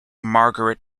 margaret